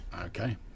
Okay